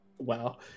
wow